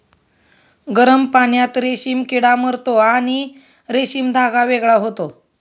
गरम पाण्यात रेशीम किडा मरतो आणि रेशीम धागा वेगळा होतो